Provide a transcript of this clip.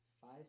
five